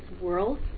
world